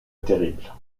terrible